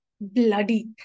bloody